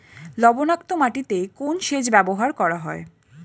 লবণাক্ত মাটিতে কোন সেচ ব্যবহার করা হয়?